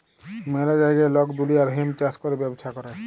ম্যালা জাগায় লক দুলিয়ার হেম্প চাষ ক্যরে ব্যবচ্ছা ক্যরে